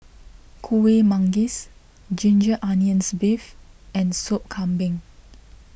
Kueh Manggis Ginger Onions Beef and Sop Kambing